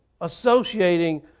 associating